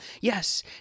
yes